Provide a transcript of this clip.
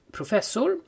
Professor